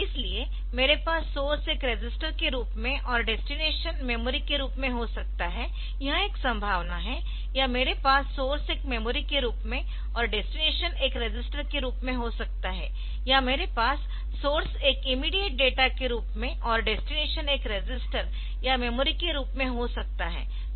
इसलिए मेरे पास सोर्स एक रजिस्टर के रूप में और डेस्टिनेशन मेमोरी के रूप में हो सकता है यह एक संभावना है या मेरे पास सोर्स एक मेमोरी के रूप में और डेस्टिनेशन एक रजिस्टर के रूप में हो सकता है या मेरे पास सोर्स एक इमीडियेट डेटा के रूप में और डेस्टिनेशन एक रजिस्टर या मेमोरी के रूप में हो सकता है